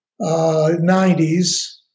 90s